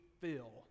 Phil